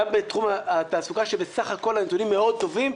גם בתחום התעסוקה שבסך הכול הנתונים מאוד טובים,